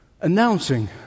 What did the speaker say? Announcing